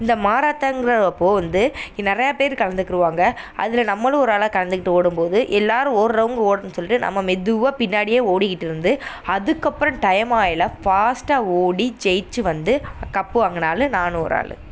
இந்த மாரத்தானுங்கிற அப்போது வந்து நிறையா பேர் கலந்துக்குவாங்க அதில் நம்மளும் ஒரு ஆளாக கலந்துக்கிட்டு ஓடும்போது எல்லோரும் ஓடுறவங்க ஓடட்டும் சொல்லிட்டு நம்ம மெதுவாக பின்னாடியே ஓடிகிட்டுருந்து அதுக்கப்புறம் டைம்மாகைய்ல ஃபாஸ்ட்டாக ஓடி ஜெய்த்து வந்து கப்பு வாங்கின ஆள் நானும் ஒரு ஆள்